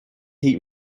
heat